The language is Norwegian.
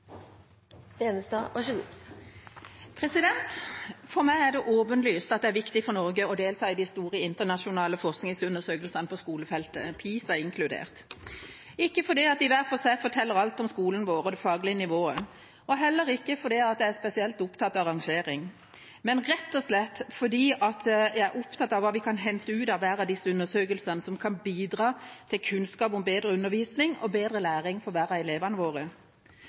viktig for Norge å delta i de store, internasjonale forskningsundersøkelsene på skolefeltet, PISA inkludert – ikke fordi de hver for seg forteller alt om skolen vår og det faglige nivået, og heller ikke fordi jeg er spesielt opptatt av rangering, men rett og slett fordi jeg er opptatt av hva vi kan hente ut av hver av disse undersøkelsene som kan bidra til kunnskap om bedre undervisning og bedre læring for hver av elevene våre.